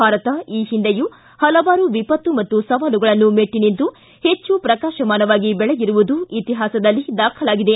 ಭಾರತ ಈ ಹಿಂದೆಯೂ ಪಲವಾರು ವಿಪತ್ತು ಮತ್ತು ಸವಾಲುಗಳನ್ನು ಮೆಟ್ಟಿ ನಿಂತು ಪೆಚ್ಚು ಪ್ರಕಾಶಮಾನವಾಗಿ ಬೆಳಗಿರುವುದು ಇತಿಹಾಸದಲ್ಲಿ ದಾಖಲಾಗಿದೆ